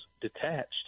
detached